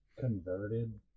Converted